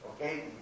okay